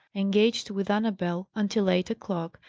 engaged with annabel until eight o'clock,